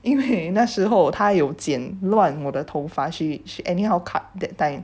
因为那时候他有剪乱我的头发 she anyhow cut that time